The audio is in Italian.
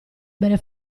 bere